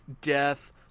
death